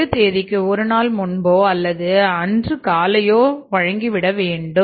கெடு தேதிக்கு ஒரு நாள் முன்போ அல்லது அன்று காலையே வழங்கிவிட வேண்டும்